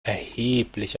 erheblich